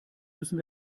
müssen